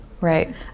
right